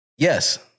Yes